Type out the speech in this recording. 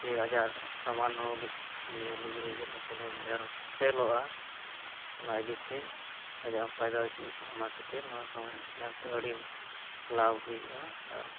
ᱡᱮ ᱟᱭᱟᱜ ᱥᱟᱢᱟᱱ ᱦᱚᱸ ᱵᱮᱥ ᱤᱭᱟᱹ ᱞᱩᱜᱽᱲᱤ ᱠᱚ ᱯᱟᱯᱚᱠᱚ ᱰᱷᱮᱨ ᱥᱮᱞᱚ ᱚᱜᱼᱟ ᱚᱱᱟ ᱤᱫᱤ ᱠᱟᱛᱮᱫ ᱟᱭᱟᱜ ᱯᱟᱭᱫᱟ ᱪᱮᱫ ᱚᱱᱟ ᱠᱷᱟᱹᱛᱤᱨ ᱚᱱᱟ ᱥᱟᱢᱟᱱ ᱛᱮ ᱟᱹᱰᱤ ᱞᱟᱵᱷ ᱦᱩᱭᱩᱜᱼᱟ ᱟᱨ